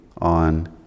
on